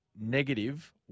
negative